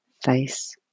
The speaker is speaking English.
face